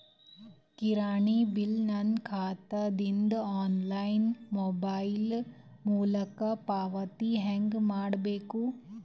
ಕಿರಾಣಿ ಬಿಲ್ ನನ್ನ ಖಾತಾ ದಿಂದ ಆನ್ಲೈನ್ ಮೊಬೈಲ್ ಮೊಲಕ ಪಾವತಿ ಹೆಂಗ್ ಮಾಡಬೇಕು?